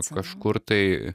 kažkur tai